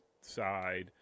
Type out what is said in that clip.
side